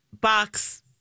box